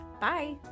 Bye